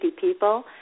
people